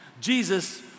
Jesus